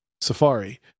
Safari